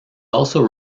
also